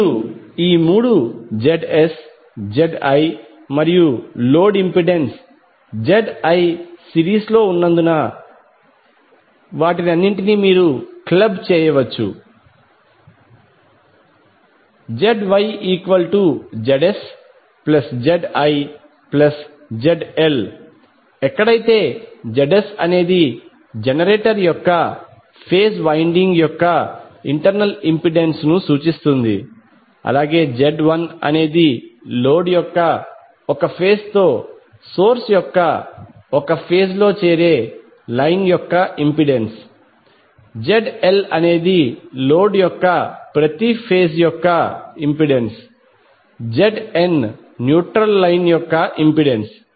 ఇప్పుడు ఈ మూడు Zs Zl మరియు లోడ్ ఇంపెడెన్స్ Zl సిరీస్ లో ఉన్నందున కాబట్టి వాటిని అన్నింటినీ మీరు క్లబ్ చేయవచ్చు ZYZsZlZL ఎక్కడైతే Zs అనేది జనరేటర్ యొక్క ఫేజ్ వైండింగ్ యొక్క ఇంటర్నల్ ఇంపిడెన్స్ ను సూచిస్తుంది Zlఅనేది లోడ్ యొక్క ఒక ఫేజ్ తో సోర్స్ యొక్క ఒక ఫేజ్ లో చేరే లైన్ యొక్క ఇంపెడెన్స్ ZLఅనేది లోడ్ యొక్క ప్రతి ఫేజ్ యొక్క ఇంపెడెన్స్ Znన్యూట్రల్ లైన్ యొక్క ఇంపెడెన్స్